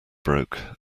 broke